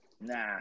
Nah